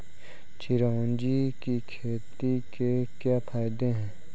चिरौंजी की खेती के क्या फायदे हैं?